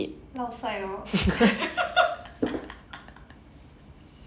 laosai loh